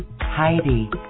Heidi